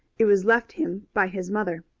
it was left him by his mother.